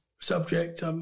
subject